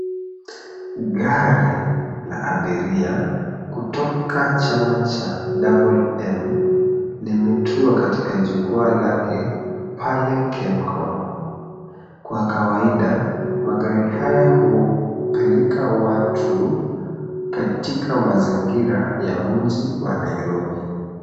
Gari la abiria kutoka chama cha double m limetua katika jukwaa lake pale kemkom. Kwa kawaida magari haya hupeleka watu katika mazingira ya mji wa Nairobi.